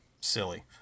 silly